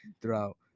throughout